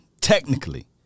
technically –